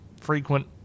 frequent